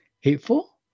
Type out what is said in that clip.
hateful